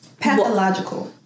pathological